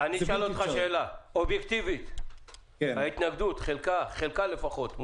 אני אשאל אותך שאלה: אובייקטיבית חלק מההתנגדות מוצדקת?